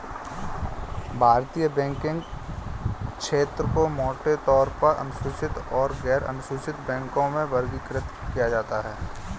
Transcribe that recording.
भारतीय बैंकिंग क्षेत्र को मोटे तौर पर अनुसूचित और गैरअनुसूचित बैंकों में वर्गीकृत किया है